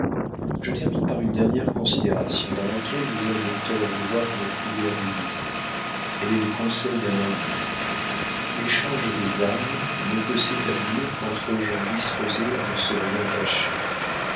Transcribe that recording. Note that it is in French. je termine par une dernière considération dans laquelle vous auriez tort de voir une prière déguisée elle est le conseil d'un ami l'échange des âmes ne peut s'établir qu'entre gens disposés à ne se rien cacher